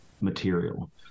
material